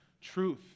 truth